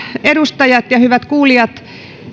edustajat hyvät kuulijat